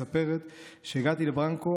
מספרת: "כשהגעתי לברנקו,